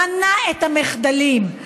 מנה את המחדלים,